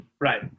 right